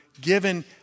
given